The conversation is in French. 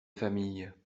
famille